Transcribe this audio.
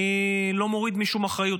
אני לא מוריד משום אחריות,